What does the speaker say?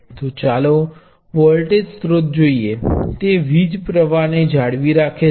તો ચાલો વોલ્ટેજ સ્ત્રોત જોઈએ તે વીજ પ્રવાહ ને જાળવી રાખે છે